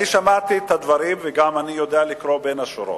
אני שמעתי את הדברים, ואני יודע לקרוא בין השורות.